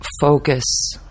focus